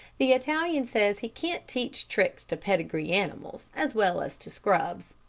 the italian says he can't teach tricks to pedigree animals as well as to scrubs.